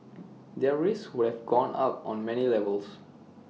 their risks would have gone up on many levels